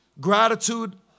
Gratitude